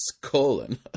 Colon